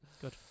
Good